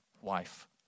wife